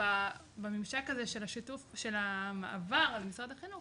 בממשק הזה של המעבר למשרד החינוך,